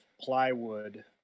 plywood